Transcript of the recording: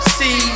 see